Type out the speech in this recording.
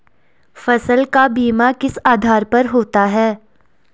फसल का बीमा किस आधार पर होता है?